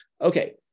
Okay